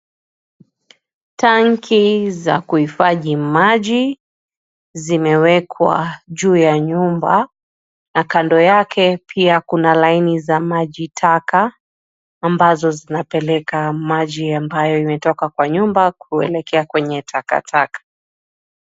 Tanki za kuhifadhi maji zimewekwa juu ya nyumba na kando yake pia laini za maji taka, ambazo zinapeleka maji ambayo imetoka kwa nyumba kuelekea kwenye takataka.